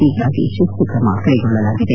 ಹೀಗಾಗಿ ಶಿಸ್ತು ಕ್ರಮ ಕೈಗೊಳ್ಳಲಾಗಿದೆ